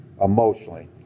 emotionally